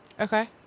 Okay